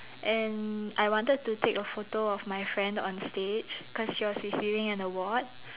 and I wanted to take a photo of my friend on stage cause she was receiving an award